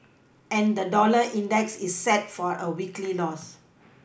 and the dollar index is set for a weekly loss